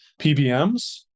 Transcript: PBMs